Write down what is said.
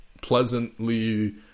pleasantly